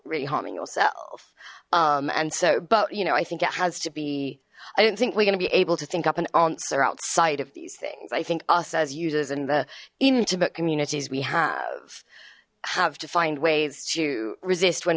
really harming yourself and so but you know i think it has to be i don't think we're gonna be able to think up an answer outside of these things i think us as users and the intimate communities we have have to find ways to resist when